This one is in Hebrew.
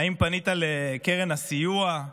האם פנית לקרן הסיוע?